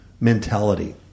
mentality